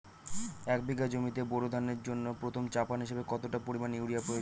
এক বিঘা জমিতে বোরো ধানের জন্য প্রথম চাপান হিসাবে কতটা পরিমাণ ইউরিয়া প্রয়োজন?